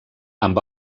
amb